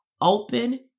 open